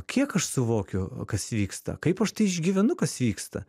kiek aš suvokiu kas vyksta kaip aš tai išgyvenu kas vyksta